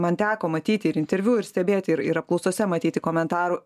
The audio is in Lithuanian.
man teko matyti ir interviu ir stebėti ir ir apklausose matyti komentarų